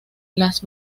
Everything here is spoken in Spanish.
las